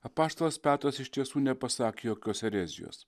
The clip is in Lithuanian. apaštalas petras iš tiesų nepasakė jokios erezijos